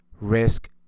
risk